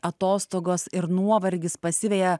atostogos ir nuovargis pasiveja